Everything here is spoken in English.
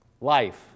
Life